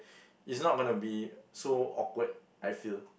is not gonna be so awkward I feel